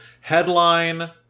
headline